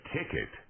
Ticket